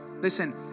Listen